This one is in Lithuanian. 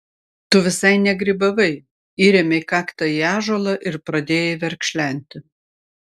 tu visai negrybavai įrėmei kaktą į ąžuolą ir pradėjai verkšlenti